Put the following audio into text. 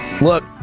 look